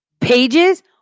pages